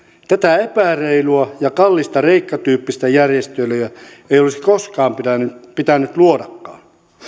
tätä epäreilua ja kallista kreikka tyyppistä järjestelyä ei olisi koskaan pitänyt pitänyt luodakaan